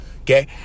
okay